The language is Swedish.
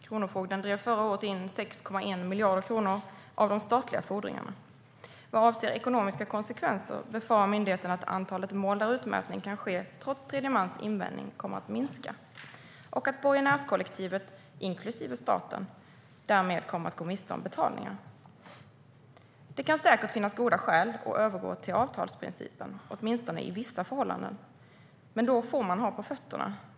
Kronofogden drev förra året in 6,1 miljarder kronor av de statliga fordringarna. Vad avser ekonomiska konsekvenser befarar myndigheten att antalet mål där utmätning kan ske trots tredje mans invändning kommer att minska och att borgenärskollektivet, inklusive staten, därmed kommer att gå miste om betalningar. Det kan säkert finnas goda skäl att övergå till avtalsprincipen, åtminstone i vissa förhållanden. Men då får man ha på fötterna.